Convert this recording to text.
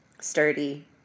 sturdy